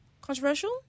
controversial